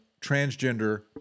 transgender